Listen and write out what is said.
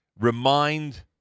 remind